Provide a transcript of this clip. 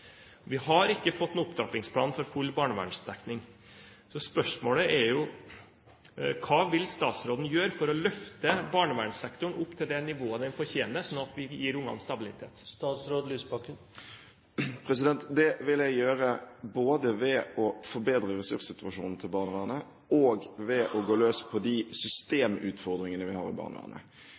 Vi har ikke fått noen opptrappingsplan for full barnevernsdekning. Så spørsmålet er jo: Hva vil statsråden gjøre for å løfte barnevernssektoren opp til det nivået den fortjener, slik at vi gir ungene stabilitet? Det vil jeg gjøre både ved å forbedre ressurssituasjonen til barnevernet og ved å gå løs på de systemutfordringene vi har i